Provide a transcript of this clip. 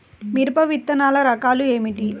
మిరప విత్తనాల రకాలు ఏమిటి?